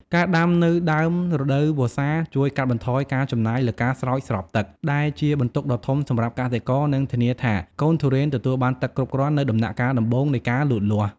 ការដាំនៅដើមរដូវវស្សាជួយកាត់បន្ថយការចំណាយលើការស្រោចស្រពទឹក ដែលជាបន្ទុកដ៏ធំសម្រាប់កសិករ និងធានាថាកូនទុរេនទទួលបានទឹកគ្រប់គ្រាន់នៅដំណាក់កាលដំបូងនៃការលូតលាស់។